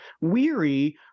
weary